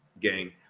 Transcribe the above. gang